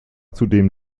zudem